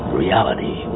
reality